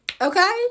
Okay